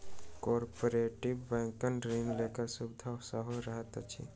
cooperative बैंकमे ऋण लेबाक सुविधा सेहो रहैत अछि